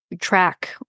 track